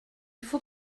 faut